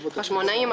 חשמונאים,